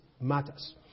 matters